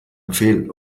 befehl